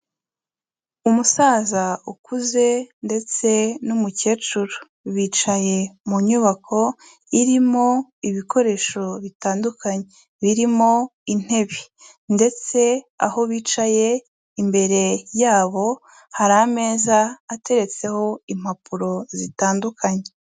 Umusaza ukuze ndetse n'umukecuru, bicaye mu nyubako irimo ibikoresho bitandukanye, birimo intebe ndetse aho bicaye imbere yabo, hari ameza ateretseho impapuro zitandukanye.